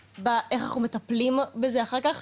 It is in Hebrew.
על איך אנחנו מטפלים בזה אחר כך,